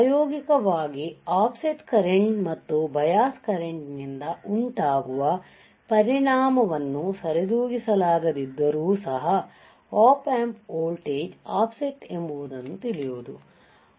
ಪ್ರಾಯೋಗಿಕವಾಗಿ offset current ಮತ್ತು bias ಕರೆಂಟ್ನಿಂದ ಉಂಟಾಗುವ ಪರಿಣಾಮವನ್ನು ಸರಿದೂಗಿಸಲಾಗಿದ್ದರೂ ಸಹ ಓಪ್ ಆಂಪ್ ವೋಲ್ಟೇಜ್ ಆಫ್ಸೆಟ್ ಎಂಬುದು ತಿಳಿಯುವುದು